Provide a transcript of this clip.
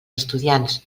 estudiants